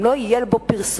אם לא יהיה בו פרסום,